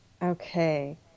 Okay